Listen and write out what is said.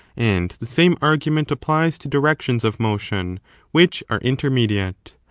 and the same argument applies to directions of motion which are intermediate.